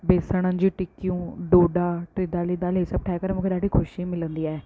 बेसण जी टिकियूं ढोढो त्रिदाली दालि इहे सभु ठाहे करे मूंखे डाढी ख़ुशी मिलंदी आहे